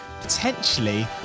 potentially